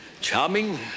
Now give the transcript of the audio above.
charming